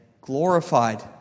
glorified